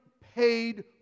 paid